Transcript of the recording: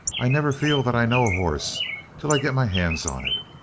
i never feel that i know a horse till i get my hands on it.